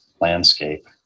landscape